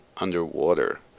underwater